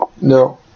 No